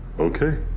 okay,